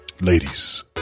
Ladies